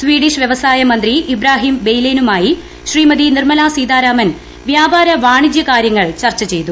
Swedish വ്യവസായ മന്ത്രി Ibrahim ബെലെയ്നുമായി ശ്രീമതി നിർമലാ സീതാരാമൻ വ്യാപാര വാണിജ്യ കാര്യങ്ങൾ ചർച്ച ചെയ്തു